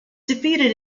defeated